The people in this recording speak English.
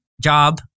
job